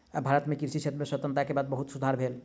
भारत मे कृषि क्षेत्र में स्वतंत्रता के बाद बहुत सुधार भेल